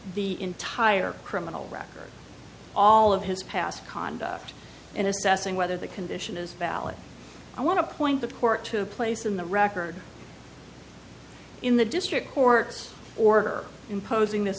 the entire criminal record all of his past conduct in assessing whether the condition is valid i want to point the court to a place in the record in the district court's order imposing this